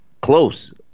close